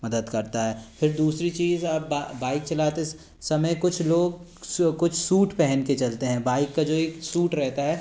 मदद करता है फिर दूसरी चीज अब बाइक चलाते समय कुछ लोग कुछ सूट पहन के चलते हैं बाइक का जो एक सूट रहता है